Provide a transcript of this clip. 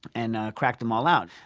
and cracked them all out.